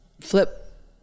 flip